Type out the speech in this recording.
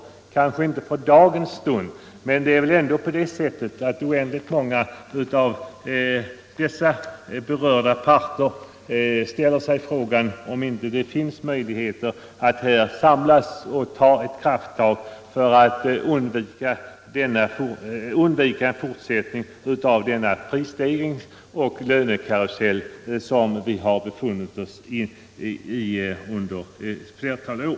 Nej, kanske inte för dagen, men det är väl ändå så att oändligt många som representeras av dessa parter ställer sig frågan om det inte finns möjlighet att samlas och ta ett krafttag för att undvika en fortsättning av den prisstegringsoch lönekarusell som vi befunnit oss i under ett flertal år.